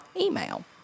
email